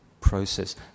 process